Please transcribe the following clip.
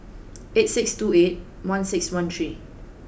eight six two eight one six one three